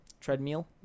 Treadmill